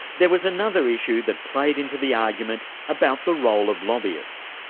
there was another issue that played into the argument about the role of lobbyists.